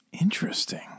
Interesting